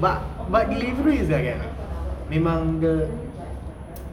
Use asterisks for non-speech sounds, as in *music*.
but but Deliveroo is like that ah memang the *noise*